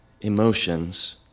emotions